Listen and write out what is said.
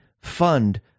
fund